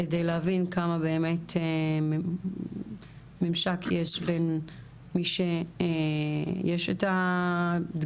כדי להבין כמה באמת ממשק יש בין מי שיש את הדגימות